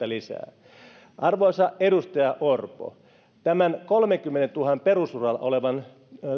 lisää työtä arvoisa edustaja orpo tämän kolmenkymmenentuhannen perusuralla olevan